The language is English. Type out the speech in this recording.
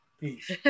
Peace